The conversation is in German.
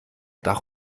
dach